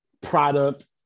product